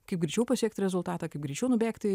kaip greičiau pasiekti rezultatą kaip greičiau nubėgti